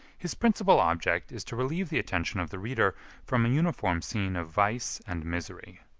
his principal object is to relieve the attention of the reader from a uniform scene of vice and misery.